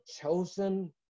chosen